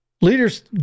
Leaders